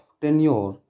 tenure